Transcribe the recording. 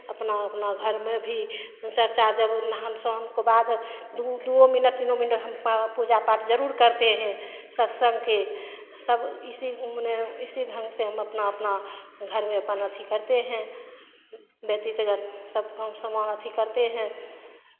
अपना अपना घर में भी चर्चा जब नहान सोहान के बाद दो दुओ मिनट तीनों मिनट हम पूजा पाठ ज़रूर करते हैं सत्संग के सब इसी मने इसी ढंग से हम अपना अपना घर में अपन अथि करते हैं व्यतीत कर सब काम सामान अथि करते हैं